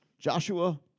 Joshua